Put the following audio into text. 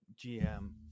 GM